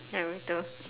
narrator